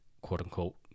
quote-unquote